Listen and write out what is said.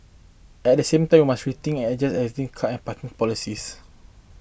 at the same time we must rethink and adjust existing car and car parking policies